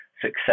success